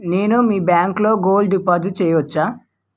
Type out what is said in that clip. నేను మీ బ్యాంకులో గోల్డ్ డిపాజిట్ చేయవచ్చా?